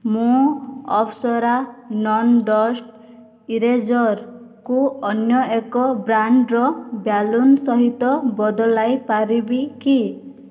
ମୁଁ Apsara non dust ଇରେଜର୍କୁ ଅନ୍ୟ ଏକ ବ୍ରାଣ୍ଡ୍ର ବ୍ୟାଲୁନ୍ ସହିତ ବଦଳାଇ ପାରିବି କି